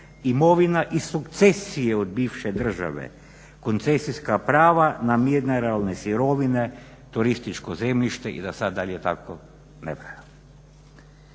imovina iz sukcesije od bivše države, koncesijska prava na mineralne sirovine, turističko zemljište i da sad dalje tako ne nabrajam.